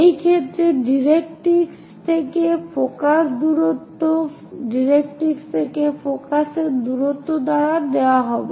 এই ক্ষেত্রে ডাইরেক্ট্রিক্স থেকে ফোকাসের দূরত্ব ডাইরেক্ট্রিক্স থেকে ফোকাসের দূরত্ব দ্বারা দেওয়া হবে